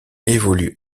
évolue